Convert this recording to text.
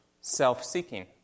self-seeking